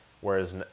Whereas